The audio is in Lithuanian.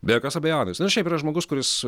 be jokios abejonės nes šiaip yra žmogus kuris